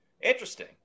Interesting